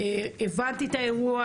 הבנתי את האירוע,